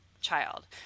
child